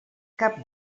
cap